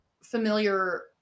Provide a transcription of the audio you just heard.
familiar